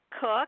Cook